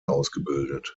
ausgebildet